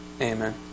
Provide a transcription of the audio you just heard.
Amen